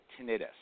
tinnitus